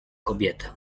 kobietę